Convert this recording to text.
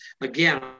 again